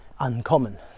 uncommon